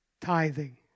tithing